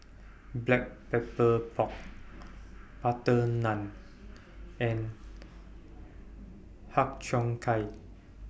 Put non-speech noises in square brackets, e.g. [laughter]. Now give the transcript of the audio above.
Black Pepper [noise] Pork Butter Naan and Har Cheong Gai